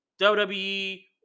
WWE